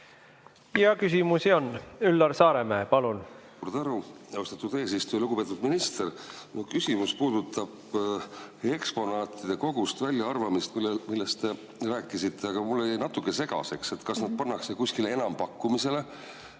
Ja küsimusi on. Üllar Saaremäe, palun! Suur tänu, austatud eesistuja! Lugupeetud minister! Mu küsimus puudutab eksponaatide kogust väljaarvamist, millest te rääkisite. Aga mulle jäi natuke segaseks, kas need pannakse kuskile enampakkumisele